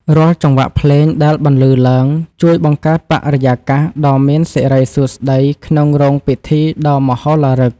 រាល់ចង្វាក់ភ្លេងដែលបន្លឺឡើង ជួយបង្កើតបរិយាកាសដ៏មានសិរីសួស្ដីក្នុងរោងពិធីដ៏មហោឡារិក។